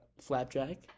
Flapjack